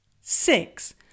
Six